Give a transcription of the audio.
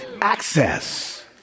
access